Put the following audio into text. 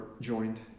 joined